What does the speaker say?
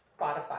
Spotify